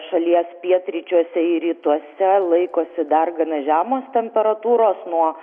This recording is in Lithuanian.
šalies pietryčiuose ir rytuose laikosi dar gana žemos temperatūros nuo